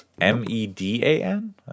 M-E-D-A-N